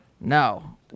No